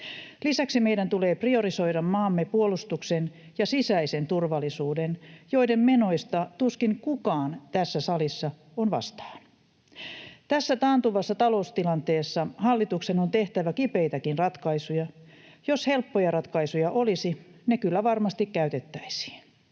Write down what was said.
Lisäksi meidän tulee priorisoida maamme puolustukseen ja sisäiseen turvallisuuteen, joiden menoja tuskin kukaan tässä salissa on vastaan. Tässä taantuvassa taloustilanteessa hallituksen on tehtävä kipeitäkin ratkaisuja. Jos helppoja ratkaisuja olisi, ne kyllä varmasti käytettäisiin.